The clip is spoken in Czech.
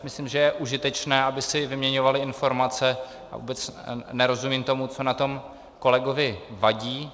Myslím, že je užitečné, aby si vyměňovaly informace, a vůbec nerozumím tomu, co na tom kolegovi vadí.